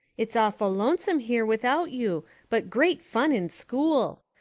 its awful lonesome here without you but grate fun in school.